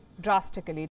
drastically